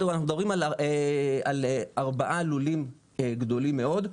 אנחנו מדברים על ארבעה לולים גדולים מאוד.